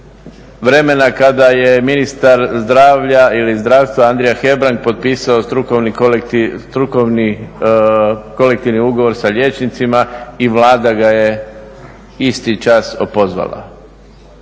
vremena kada je ministar zdravlja ili zdravstva Andrija Hebrang potpisao strukovni kolektivni ugovor sa liječnicima i Vlada ga je isti čas opozvala.